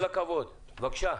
כל הכבוד, בבקשה.